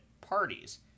parties